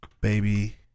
Baby